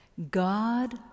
God